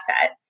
asset